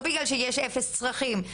לא בגלל שיש אפס צרכים.